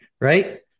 right